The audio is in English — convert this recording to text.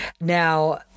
Now